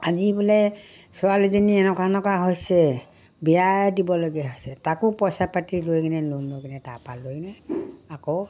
আজি বোলে ছোৱালীজনী এনেকুৱা এনেকুৱা হৈছে বিয়াই দিবলগীয়া হৈছে তাকো পইচা পাতি লৈ কিনে লোন লৈ কিনে তাৰপৰা লৈ কিনে আকৌ